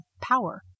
power